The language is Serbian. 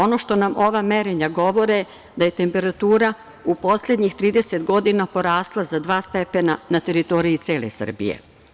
Ono što nam ova merenja govore da je temperatura u poslednjih 30 godina porasla za dva stepena na teritoriji cele Srbije.